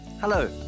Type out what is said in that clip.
Hello